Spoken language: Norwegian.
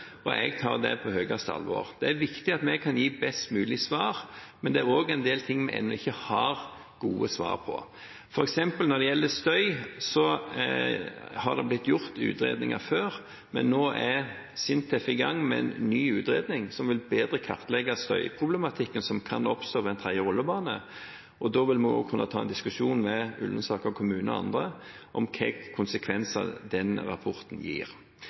Jeg tar det på største alvor. Det er viktig at vi kan gi best mulig svar, men det er også en del ting vi ennå ikke har gode svar på. For eksempel når det gjelder støy, har det blitt foretatt utredninger før, men nå er SINTEF i gang med en ny utredning som bedre vil kartlegge støyproblematikken som kan oppstå ved en tredje rullebane. Da vil vi også kunne ta en diskusjon med Ullensaker kommune og andre om hvilke konsekvenser rapporten